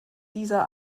dieser